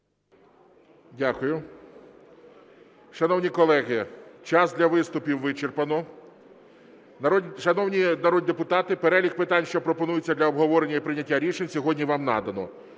Дякую. Шановні колеги, час для виступів вичерпано. Шановні народні депутати, перелік питань, що пропонуються для обговорення і прийняття рішень, сьогодні вам надано.